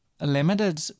Limited